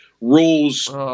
rules